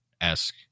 esque